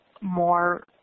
more